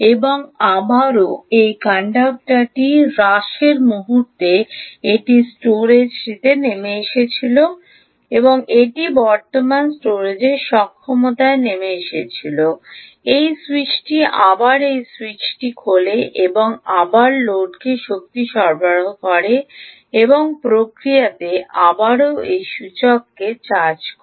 এবং আবারও এই ইন্ডাক্টরটি হ্রাসের মুহূর্তে এটি স্টোরেজটি নেমে এসেছিল এটি বর্তমান স্টোরেজ সক্ষমতা নেমে এসেছিল এই সুইচটি আবার এই সুইচটি খোলে এবং আবার লোডকে শক্তি সরবরাহ করে এবং প্রক্রিয়াতে আবারও এই সূচককে চার্জ করে